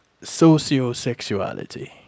sociosexuality